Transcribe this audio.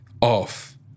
off